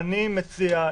אני מציע,